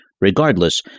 Regardless